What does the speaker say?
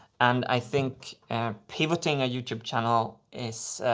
and i think and pivoting a youtube channel is.